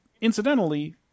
incidentally